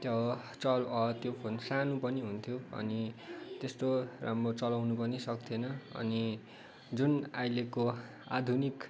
त्यो अब त्यो फोन सानो पनि हुन्थ्यो अनि त्यस्तो राम्रो चलाउनु पनि सक्ने थिएन अनि जुन अहिलेको आधुनिक